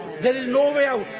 there is no way out.